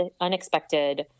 unexpected